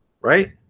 right